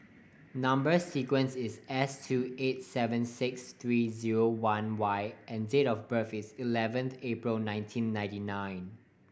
number sequence is S two eight seven six three zero one Y and date of birth is eleven April nineteen ninety nine